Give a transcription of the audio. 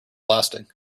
lasting